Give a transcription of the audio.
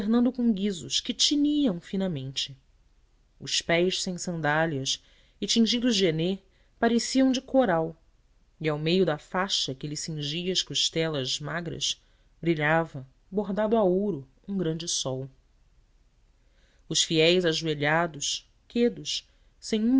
alternando com guizos que tiniam finamente os pés sem sandálias e tingidos de henê pareciam de coral e ao meio da faixa que lhe cingia as costelas magras brilhava bordado a ouro um grande sol os fiéis ajoelhados quedos sem